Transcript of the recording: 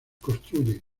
construyen